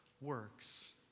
works